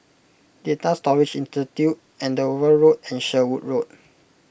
Data Storage Institute Andover Road and Sherwood Road